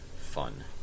fun